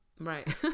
Right